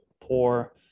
poor